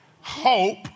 hope